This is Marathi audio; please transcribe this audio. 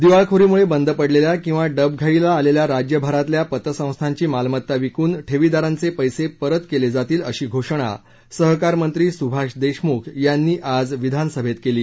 दिवाळखोरीमुळे बंद पडलेल्या किंवा डबघाईला आलेल्या राज्यभरातल्या पतसंस्थांची मालमत्ता विकून ठेवीदारांचे पैसे परत केले जातील अशी घोषणा सहकारमंत्री सुभाष देशमुख यांनी आज विधानसभेत केली